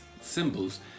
symbols